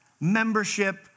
membership